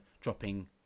dropping